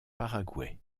paraguay